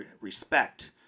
respect